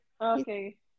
Okay